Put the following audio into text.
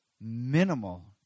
minimal